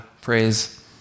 praise